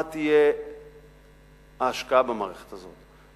מה תהיה ההשקעה במערכת הזאת,